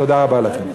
תודה רבה לכם.